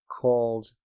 called